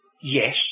yes